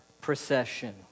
procession